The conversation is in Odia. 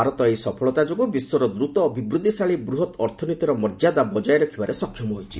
ଭାରତ ଏହି ସଫଳତା ଯୋଗୁଁ ବିଶ୍ୱର ଦୂତ ଅଭିବୃଦ୍ଧିଶାଳୀ ବୃହତ ଅର୍ଥନୀତିର ମର୍ଯ୍ୟାଦା ବଜାୟ ରଖିବାରେ ସକ୍ଷମ ହୋଇଛି